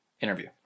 interview